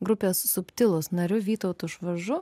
grupės subtilūs nariu vytautu švažu